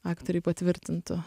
aktoriai patvirtintų